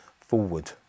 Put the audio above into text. forward